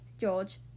George